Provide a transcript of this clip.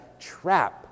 trap